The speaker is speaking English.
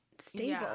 stable